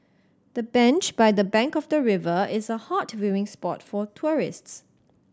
the bench by the bank of the river is a hot viewing spot for tourists